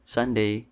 Sunday